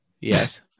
Yes